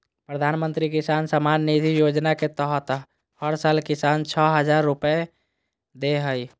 प्रधानमंत्री किसान सम्मान निधि योजना के तहत हर साल किसान, छह हजार रुपैया दे हइ